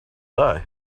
die